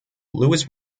lewis